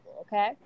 okay